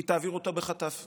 היא תעביר אותה בחטף.